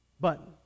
button